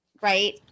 right